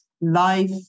life